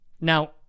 Now